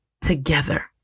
together